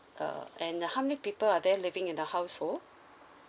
uh and how many people are there living in the household